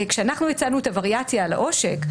כשאנחנו הצענו את הווריאציה על העושק,